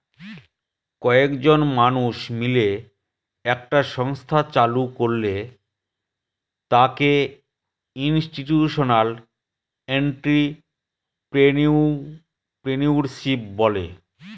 কয়েকজন মানুষ মিলে একটা সংস্থা চালু করলে তাকে ইনস্টিটিউশনাল এন্ট্রিপ্রেনিউরশিপ বলে